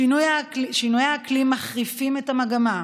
שינויי האקלים מחריפים את המגמה.